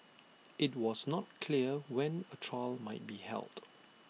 IT was not clear when A trial might be held